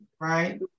right